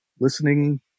listening